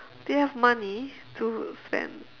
they have money to spend